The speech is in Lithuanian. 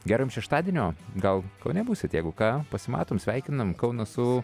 gero jum šeštadienio gal kaune būsit jeigu ką pasimatom sveikinam kauną su